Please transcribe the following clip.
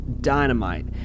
Dynamite